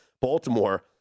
Baltimore